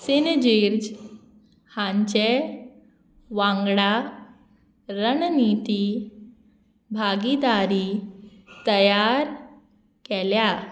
सिनजीर्ज हांचे वांगडा रणनिती भागीदारी तयार केल्या